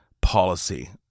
policy